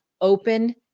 open